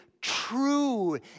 true